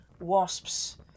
wasps